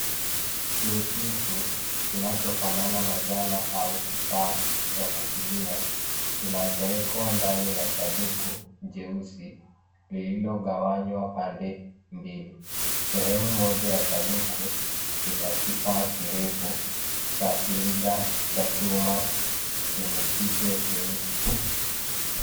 Ni kitu kinachofanana na zana au kifaa cha kupimia kinachowekwa ndani ya sanduku jeusi lililogawanywa pande mbili. Sehemu moja ya sanduku ina kifaa kirefu cha silinda cha chuma chenye kichwa cheusi.